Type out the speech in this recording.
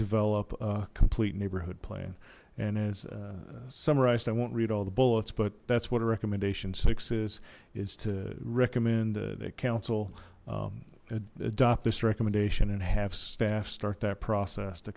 develop a complete neighborhood plan and as summarized i won't read all the bullets but that's what a recommendation six is is to recommend that council adopt this recommendation and have staff start that process to